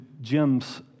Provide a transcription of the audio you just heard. Jim's